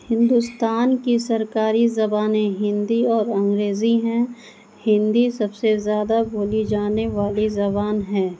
ہندوستان کی سرکاری زبانیں ہندی اور انگریزی ہیں ہندی سب سے زیادہ بولی جانے والی زبان ہے